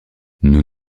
nous